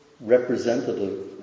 representative